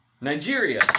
Nigeria